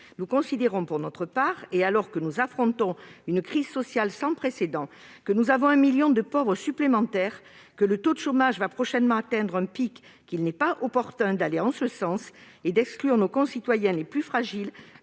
Nous considérons pour notre part, alors que nous affrontons une crise sociale sans précédent, alors que notre pays compte un million de pauvres supplémentaires et que le taux de chômage va prochainement atteindre un pic, qu'il n'est pas opportun d'aller en ce sens et d'exclure nos concitoyens les plus fragiles